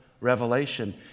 revelation